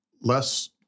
less